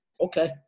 Okay